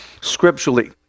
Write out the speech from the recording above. Scripturally